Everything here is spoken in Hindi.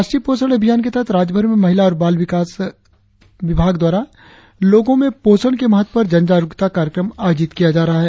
राष्ट्रीय पोषण अभियान के तहत राज्यभर में महिला और बाल विकास द्वारा लोगों में पोषण के महत्व पर जनजागरुकता कार्यक्रम आयोजित किया जा रहा है